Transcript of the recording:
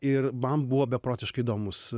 ir man buvo beprotiškai įdomus